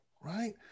right